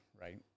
right